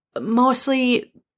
mostly